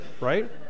right